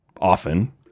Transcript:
often